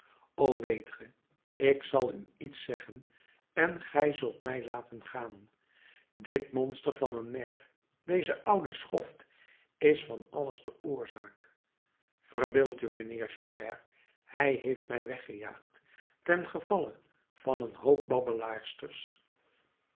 weet ge ik zal u iets zeggen en gij zult mij laten gaan dit monster van een maire deze oude schoft is van alles de oorzaak verbeeld u mijnheer javert hij heeft mij weggejaagd ten gevalle van een hoop